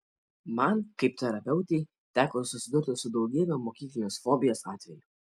man kaip terapeutei teko susidurti su daugybe mokyklinės fobijos atvejų